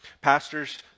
pastors